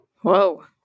Whoa